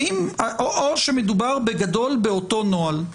או שמדובר בגדול באותו נוהל?